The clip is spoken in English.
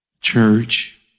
church